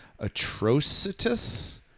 Atrocitus